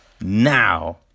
now